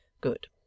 Good